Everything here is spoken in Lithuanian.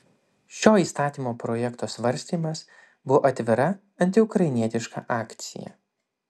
šio įstatymo projekto svarstymas buvo atvira antiukrainietiška akcija